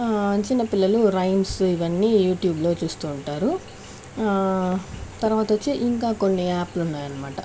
చిన్నపిల్లలు రైమ్స్ ఇవన్నీ యూట్యూబ్లో చూస్తూ ఉంటారు తర్వాత వచ్చి ఇంకా కొన్ని యాప్లు ఉన్నాయన్నమాట